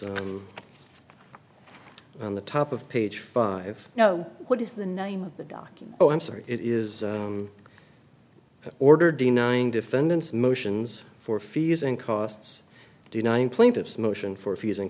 it's on the top of page five you know what is the name of the docking oh i'm sorry it is order denying defendants motions for fees and costs denying plaintiff's motion for fees and